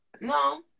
No